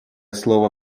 слово